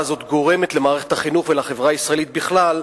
הזאת גורמת למערכת החינוך ולחברה הישראלית בכלל,